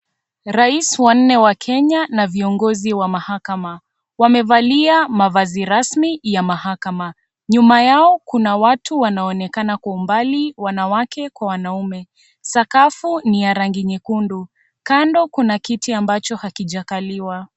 Rais wa nne wa Kenya na viongozi wa mahakma. Wamevalia mavazi rasmi ya mahakma Nyma yao kuna watu wanaonekan kwa umbali wanawake kwa wanaume. Sakafu ni ya rangi nyekundu kando kuna kiti ambacho hakijakaliwa.